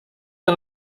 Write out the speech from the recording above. son